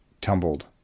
tumbled